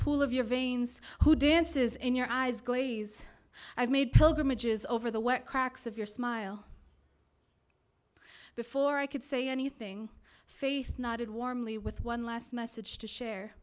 pool of your veins who dances in your eyes glaze i've made pilgrimages over the wet cracks of your smile before i could say anything faith nodded warmly with one last message to share